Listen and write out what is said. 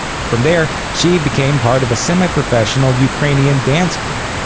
from there, she became part of a semi-professional ukrainian dance group.